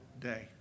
day